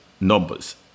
numbers